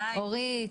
לאורית,